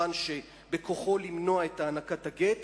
הסרבן שבכוחו למנוע את הענקת הגט,